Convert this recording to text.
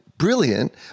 Brilliant